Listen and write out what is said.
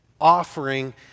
offering